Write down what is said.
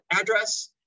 address